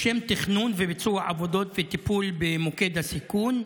לשם תכנון וביצוע עבודות וטיפול במוקד הסיכון,